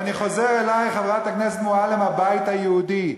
ואני חוזר אלייך, חברת הכנסת מועלם, מהבית היהודי.